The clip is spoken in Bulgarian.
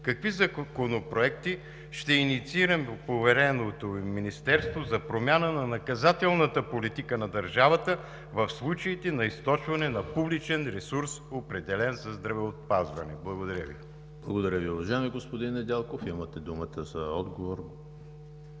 Какви законопроекти ще инициира повереното Ви Министерство за промяна на наказателната политика на държавата в случаите на източване на публичен ресурс, определен за здравеопазване? Благодаря Ви. ПРЕДСЕДАТЕЛ ЕМИЛ ХРИСТОВ: Благодаря Ви, уважаеми господин Недялков. Имате думата за отговор,